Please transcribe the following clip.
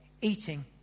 eating